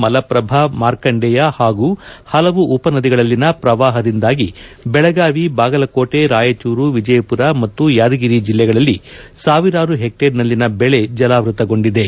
ಮಲಪ್ರಭಾ ಮಾರ್ಕಂಡೇಯ ಹಾಗೂ ಹಲವು ಉಪನದಿಗಳಲ್ಲಿನ ಪ್ರವಾಹದಿಂದಾಗಿ ಬೆಳಗಾವಿ ಬಾಗಲಕೋಟೆ ರಾಯಚೂರು ವಿಜಯಪುರ ಮತ್ತು ಯಾದಗಿರಿ ಜೆಲ್ಲೆಗಳಲ್ಲಿ ಸಾವಿರಾರು ಹೆಕ್ಟೇರ್ನಲ್ಲಿನ ಬೆಳೆ ಜಲಾವೃತಗೊಂಡಿವೆ